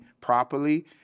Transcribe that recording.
properly